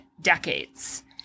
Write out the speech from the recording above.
decades